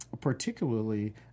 particularly